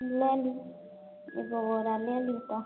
लै लिअ एगो बोरा लै लिअ तऽ